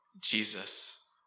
Jesus